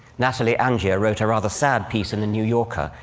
natalie angier wrote a rather sad piece in the new yorker,